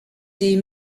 des